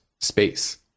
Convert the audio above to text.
space